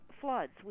floods